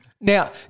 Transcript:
Now